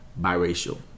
biracial